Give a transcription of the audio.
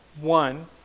one